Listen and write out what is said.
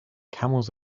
camels